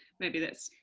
maybe that's,